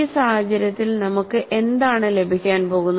ഈ സാഹചര്യത്തിൽ നമുക്ക് എന്താണ് ലഭിക്കാൻ പോകുന്നത്